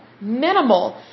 minimal